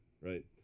Right